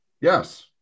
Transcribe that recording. Yes